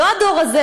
לא הדור הזה,